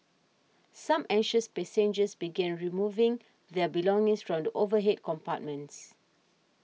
some anxious passengers began removing their belongings strong the overhead compartments